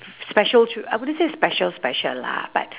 special childr~ I wouldn't say special special lah but